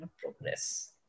progress